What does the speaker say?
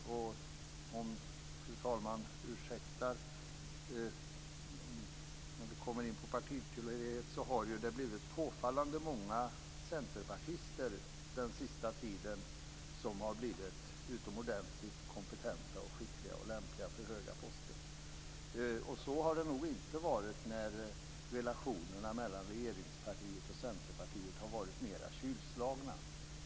Däremot, om fru talman ursäktar att vi kommer in på partitillhörighet, har påfallande många centerpartister den senaste tiden blivit utomordentligt kompetenta, skickliga och lämpliga för höga poster. Så har det nog inte varit när relationerna mellan regeringspartiet och Centerpartiet har varit mer kylslagna.